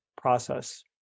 process